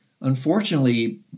unfortunately